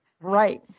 Right